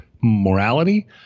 morality